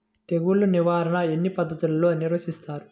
తెగులు నిర్వాహణ ఎన్ని పద్ధతుల్లో నిర్వహిస్తారు?